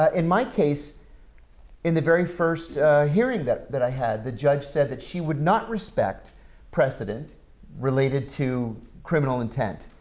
ah in my case in the very first hearing that that i had the judge said that she would not respect precedent related to criminal intent,